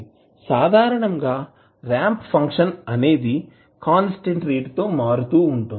సాధారణంగా ramp function అనేది constant rate తో మారుతూ ఉంటుంది